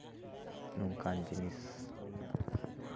ᱱᱚᱝᱠᱟᱱ ᱡᱤᱱᱤᱥ